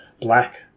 Black